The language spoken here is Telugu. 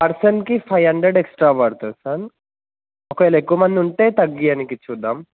పర్సన్కి ఫైవ్ హండ్రెడ్ ఎక్స్ట్రా పడుతుంది సార్ ఒకవేళ ఎక్కువ మంది ఉంటే తగ్గించడానికి చూద్దాం